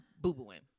boo-booing